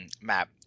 map